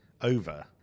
over